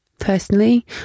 Personally